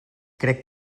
crec